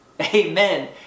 Amen